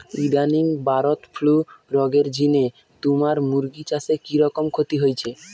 ইদানিং bird flu রগের জিনে তুমার মুরগি চাষে কিরকম ক্ষতি হইচে?